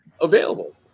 available